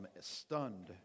stunned